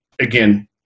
again